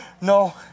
No